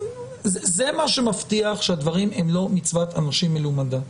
זה מה שמבטיח שהדברים הם לא מצוות אנשים מלומדה.